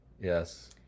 Yes